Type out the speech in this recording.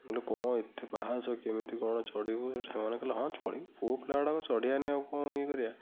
ମୁଁ କହିଲି କଣ ଏତେ ପାହାଚ କେମିତି କଣ ଚଢ଼ିବୁ ସେଠୁ ସାଙ୍ଗ ମାନେ କହିଲେ ହଁ ଚଢ଼ିବୁ ପୁଅପିଲାଗୁଡ଼ାକ ଚଢ଼ିବାନି ଆଉ କଣ ଇଏ କରିବା